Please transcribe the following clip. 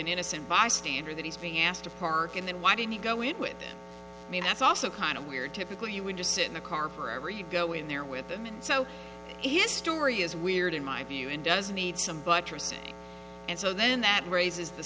an innocent bystander that he's being asked to park and then why did he go it with me that's also kind of weird typically you would just sit in a car forever you go in there with him and so his story is weird in my view it does need some buttressing and so then that raises the